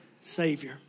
Savior